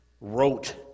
wrote